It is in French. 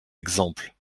exemples